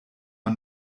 man